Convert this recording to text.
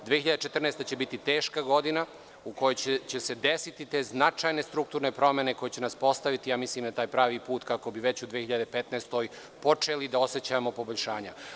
Godina 2014. će biti teška godina, u kojoj će se desiti te značajne strukturne promene koje će nas postaviti na taj pravi put, kako bi već u 2015. godini počeli da osećamo poboljšanja.